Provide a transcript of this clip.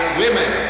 women